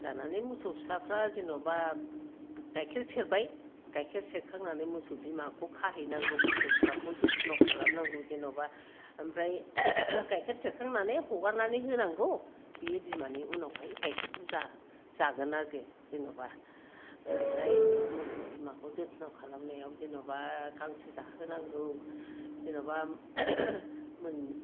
जानानै मोसौ फिसाफोरा जेनेबा गायखेर सेरबाय गायखेर सेरखांनानै मोसौ बिमाखौ खाहैनांगौ मोसौ फिसाखौ जथ्न' खालामनांगौ जेनेबा ओमफ्राय गायखेर सेरखांनानै हगारनानै होनांगौ बियो बिमानि उनावहाय गायखेरखौ जा जागोन आरो जेनेबा ओमफ्राय मोसौ बिमाखौ जथ्न' खालामनायाव जेनेबा गांसो जाहोनांगौ जेनेबा